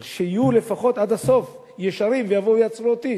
אבל שלפחות יהיו ישרים עד הסוף ויבואו ויעצרו אותי.